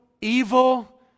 evil